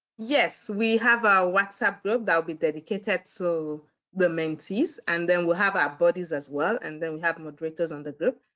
yes, we have a whatsapp group that will be dedicated to so the mentees and then we'll have our bodies as well and then we have moderators on the group.